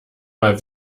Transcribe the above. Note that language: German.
mal